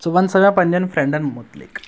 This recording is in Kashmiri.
ژٕ وَن سا مےٚ پَنٛںِٮ۪ن فرٮ۪نٛڈَن مُتلِق